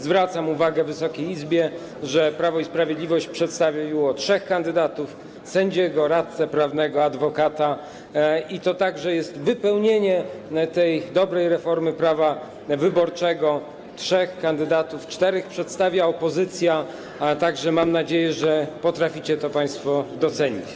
Zwracam Wysokiej Izbie uwagę, że Prawo i Sprawiedliwość przedstawiło trzech kandydatów: sędziego, radcę prawnego, adwokata, i to też jest wypełnienie tej dobrej reformy prawa wyborczego, trzech kandydatów, czterech przedstawia opozycja, tak że mam nadzieję, że potraficie to państwo docenić.